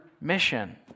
mission